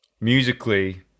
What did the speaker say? musically